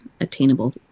attainable